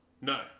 No